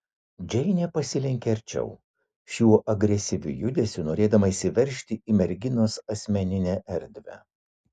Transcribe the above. džeinė pasilenkė arčiau šiuo agresyviu judesiu norėdama įsiveržti į merginos asmeninę erdvę